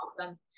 awesome